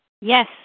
Yes